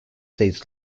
days